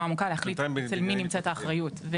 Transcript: עמוקה ולהחליט אצל מי נמצאת האחריות.